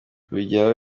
kubigeraho